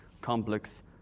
complex